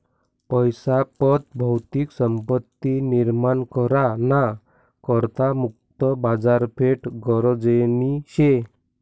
पैसा पत भौतिक संपत्ती निर्माण करा ना करता मुक्त बाजारपेठ गरजनी शे